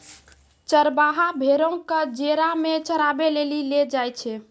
चरबाहा भेड़ो क जेरा मे चराबै लेली लै जाय छै